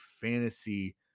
fantasy